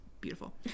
beautiful